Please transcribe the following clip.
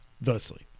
thusly